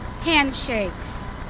handshakes